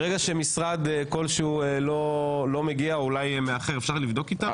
משרד כלשהו לא מגיע, אולי מאחר, אפשר לבדוק איתם.